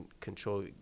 control